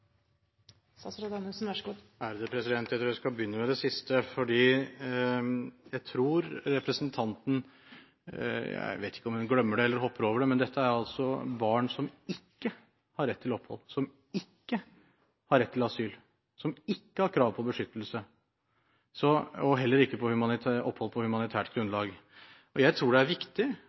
Jeg tror jeg skal begynne med det siste. Jeg vet ikke om representanten glemmer det eller hopper over det, men dette er altså barn som ikke har rett til opphold, som ikke har rett til asyl, som ikke har krav på beskyttelse og heller ikke på opphold på humanitært grunnlag. Jeg tror det er viktig